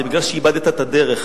זה מכיוון שאיבדת את הדרך.